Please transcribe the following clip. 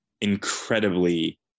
incredibly